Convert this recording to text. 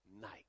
night